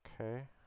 Okay